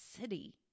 city